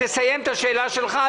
תסיים את השאלה שלך,